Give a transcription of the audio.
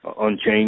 unchanged